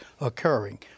Occurring